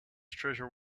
treasure